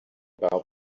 about